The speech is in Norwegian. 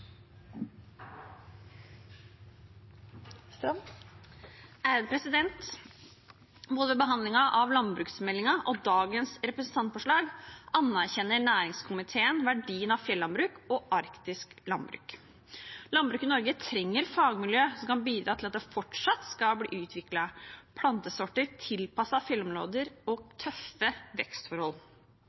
Både ved behandlingen av landbruksmeldingen og ved dagens representantforslag anerkjenner næringskomiteen verdien av fjellandbruk og arktisk landbruk. Landbruket i Norge trenger fagmiljø som kan bidra til at det fortsatt skal bli utviklet plantesorter tilpasset fjellområder og tøffe vekstforhold.